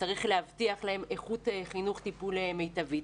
צריך להבטיח להם איכות חינוך וטיפול מיטבית.